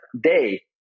day